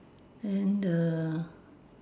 then the